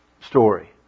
story